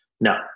No